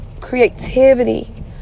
creativity